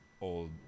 old